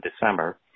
December